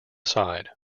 side